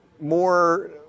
more